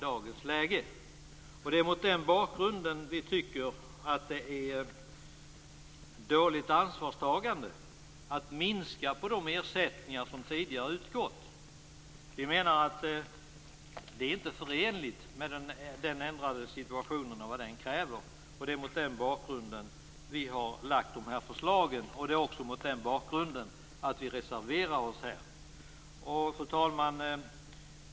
Det är mot den bakgrunden som vi tycker att det är dåligt ansvarstagande att minska på de ersättningar som tidigare har utgått. Det är inte förenligt med vad den ändrade situationen kräver. Det är mot den bakgrunden vi har lagt fram förslagen, och det är därför som vi reserverar oss. Fru talman!